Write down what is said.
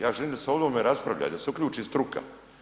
Ja želim da se o ovome raspravlja i da se uključi struka.